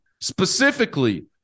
specifically